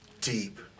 Deep